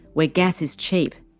where gas is cheap.